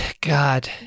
God